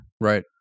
Right